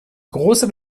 große